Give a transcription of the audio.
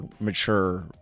mature